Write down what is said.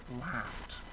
laughed